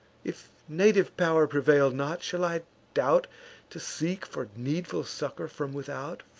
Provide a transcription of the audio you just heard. if native pow'r prevail not, shall i doubt to seek for needful succor from without?